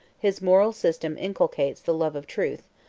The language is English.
his moral system inculcates the love of truth,